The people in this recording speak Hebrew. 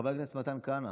חבר הכנסת מתן כהנא,